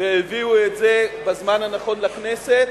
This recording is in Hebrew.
והביאו את זה בזמן הנכון לכנסת.